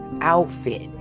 outfit